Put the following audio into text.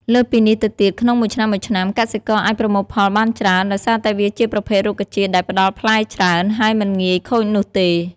លើសពីនេះទៅទៀត ក្នុងមួយឆ្នាំៗកសិករអាចប្រមូលផលបានច្រើន ដោយសារតែវាជាប្រភេទរុក្ខជាតិដែលផ្ដល់ផ្លែច្រើន ហើយមិនងាយខូចនោះទេ។